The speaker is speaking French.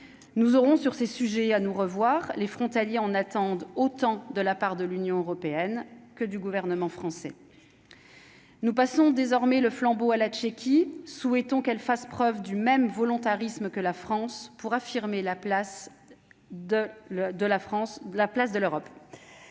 nous aurons sur ces sujets à nous revoir les frontaliers en attendent autant de la part de l'Union européenne que du gouvernement français. Nous passons désormais le flambeau à la Tchéquie, souhaitons qu'elle fasse preuve du même volontarisme que la France pour affirmer la place de le